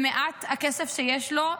במעט הכסף שיש לו,